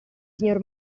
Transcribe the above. signor